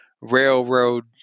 Railroad